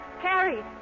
Carrie